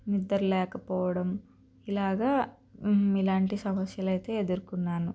నిద్దర లేకపోవడం ఇలాగ ఇలాంటి సమస్యలయితే ఎదుర్కున్నాను